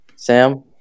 Sam